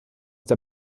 der